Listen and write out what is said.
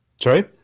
Sorry